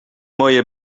moje